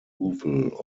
removal